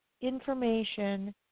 information